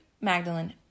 magdalene